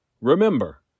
Remember